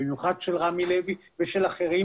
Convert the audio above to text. במיוחד של רמי לוי ושל אחרים.